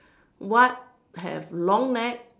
what have long neck